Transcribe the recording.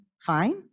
fine